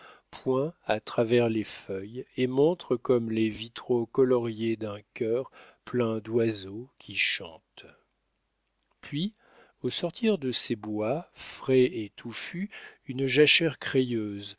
poind à travers les feuilles et montre comme les vitraux coloriés d'un chœur plein d'oiseaux qui chantent puis au sortir de ces bois frais et touffus une jachère crayeuse